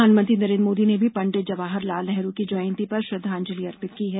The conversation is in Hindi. प्रधानमंत्री नरेन्द्र मोदी ने भी पंडित जवाहर लाल नेहरू की जयंती पर श्रद्वांजलि अर्पित की है